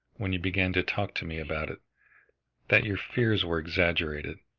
when you began to talk to me about it that your fears were exaggerated.